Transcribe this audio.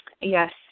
Yes